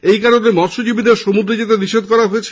এই কারণে মৎস্যজীবীদের সমুদ্রে যেতে নিষেধ করা হচ্ছে